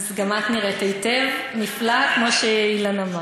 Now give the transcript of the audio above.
אז גם את נראית היטב, נפלא, כמו שאילן אמר.